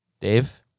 Dave